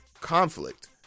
conflict